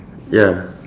ya